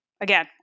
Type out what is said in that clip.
again